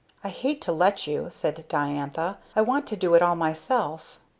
i hate to let you, said diantha, i want to do it all myself.